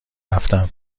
رفتتم